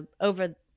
over